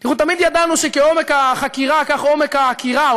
אנחנו תמיד ידענו שכעומק החקירה כך עומק העקירה,